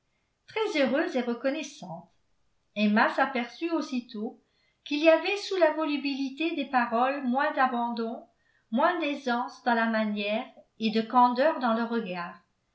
très heureuse et reconnaissante emma s'aperçut aussitôt qu'il y avait sous la volubilité des paroles moins d'abandon moins d'aisance dans la manière et de candeur dans le regard